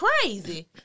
crazy